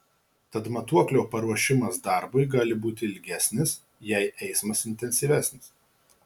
tad matuoklio paruošimas darbui gali būti ilgesnis jei eismas intensyvesnis